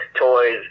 toys